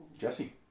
Jesse